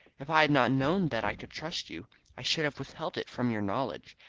if i had not known that i could trust you i should have withheld it from your knowledge.